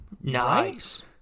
Nice